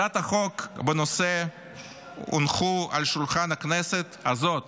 הצעות חוק בנושא הונחו על שולחן הכנסת הזאת,